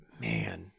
Man